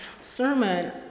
sermon